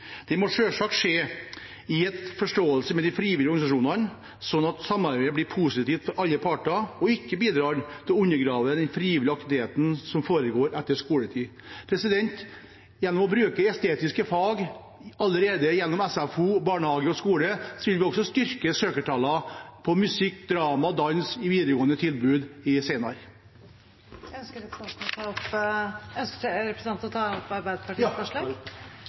må selvsagt skje i forståelse med de frivillige organisasjonene, slik at samarbeidet blir positivt for alle parter og ikke bidrar til å undergrave den frivillige aktiviteten som foregår etter skoletid. Gjennom å bruke estetiske fag allerede i SFO, barnehage og skole vil vi også styrke søkertallene til fagene musikk, drama og dans i videregående tilbud senere. Jeg vil ta opp de forslagene Arbeiderpartiet er en del av. Da har representanten Jorodd Asphjell tatt opp